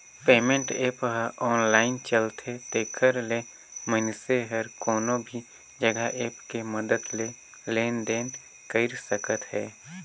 payment app ह online चलथे तेखर ले मइनसे हर कोनो भी जघा ऐप के मदद ले लेन देन कइर सकत हे